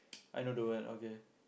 I know the word okay